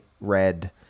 red